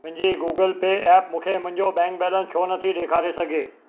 मुंहिंजी Google pay app मूंखे मुंहिंजो बैंक बैलेंस छो नथी ॾेखारे सघे